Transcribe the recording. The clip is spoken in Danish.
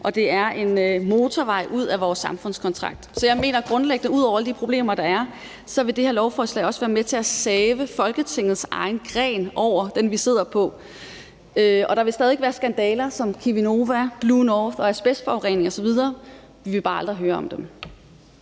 og det er en motorvej bort fra vores samfundskontrakt. Så jeg mener grundlæggende, at ud over alle de problemer, der er, vil det her lovforslag også være med til at save Folketingets egen gren over, altså den, vi sidder på. Og der vil stadig væk være skandaler som dem med Cheminova, Blue North og asbestforurening; vi vil bare aldrig høre om dem.